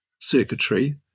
circuitry